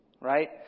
Right